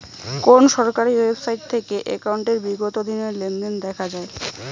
কোন সরকারি ওয়েবসাইট থেকে একাউন্টের বিগত দিনের লেনদেন দেখা যায়?